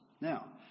Now